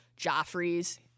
Joffrey's